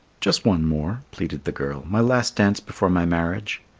just one more, pleaded the girl my last dance before my marriage.